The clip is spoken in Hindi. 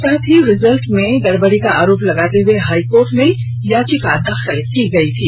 साथ ही रिजल्ट में गड़बड़ी का आरोप लगाते हुए हाईकोर्ट में याचिका दाखिल की गई थी